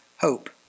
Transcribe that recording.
hope